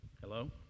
Hello